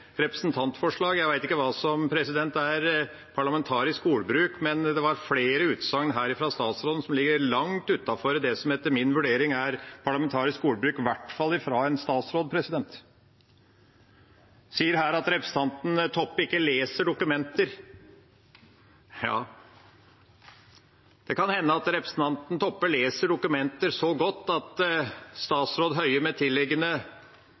representantforslag» – jeg vet ikke hva som er parlamentarisk ordbruk, men her var det flere utsagn fra statsråden som ligger langt utenfor det som etter min vurdering er parlamentarisk ordbruk, i hvert fall fra en statsråd. Han sier her at representanten Toppe ikke leser dokumenter. Det kan hende at representanten Toppe leser dokumenter så godt at statsråd Høie med